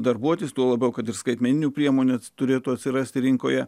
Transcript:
darbuotis tuo labiau kad ir skaitmeniniu priemonės turėtų atsirasti rinkoje